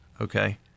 okay